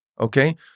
okay